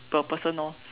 per person orh